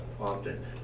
Often